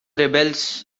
rebels